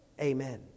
Amen